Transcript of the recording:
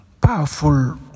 powerful